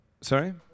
Sorry